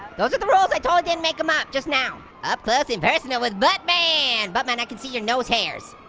those are the rules, i totally didn't make them up just now. up close and personal with but buttman. and buttman, i can see your nosehairs.